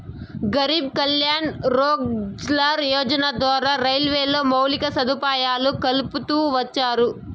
గరీబ్ కళ్యాణ్ రోజ్గార్ యోజన ద్వారా రైల్వేలో మౌలిక సదుపాయాలు కల్పిస్తూ వచ్చారు